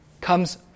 comes